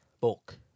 bulk